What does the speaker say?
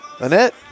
Annette